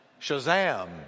Shazam